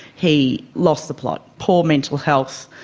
he lost the plot, poor mental health,